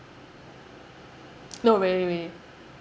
no really really